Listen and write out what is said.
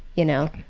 you know.